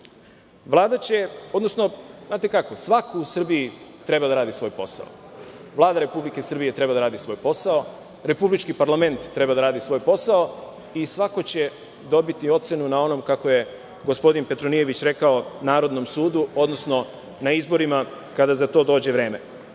Vlade u celini. Svako u Srbiji treba da radi svoj posao. Vlada Republike Srbije treba da radi svoj posao, republički parlament treba da radi svoj posao i svako će dobiti ocenu, kako je gospodin Petronijević rekao na narodnom sudu, odnosno na izborima kada za to dođe vreme. Ovde